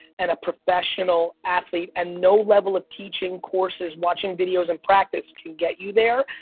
and a professional athlete, and no level of teaching courses, watching videos, and practice, can get you there.